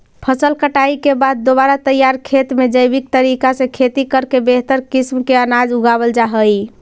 फसल कटाई के बाद दोबारा तैयार खेत में जैविक तरीका से खेती करके बेहतर किस्म के अनाज उगावल जा हइ